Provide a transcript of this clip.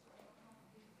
כנסת נכבדה, אני בעצמי עולה